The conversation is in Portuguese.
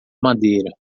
madeira